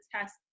test